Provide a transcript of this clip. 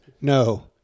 no